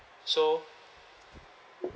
so